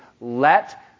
let